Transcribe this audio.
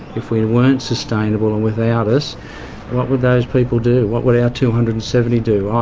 if we weren't sustainable and without us what would those people do, what would our two hundred and seventy do?